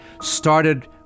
started